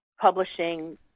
publishing